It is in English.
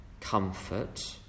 comfort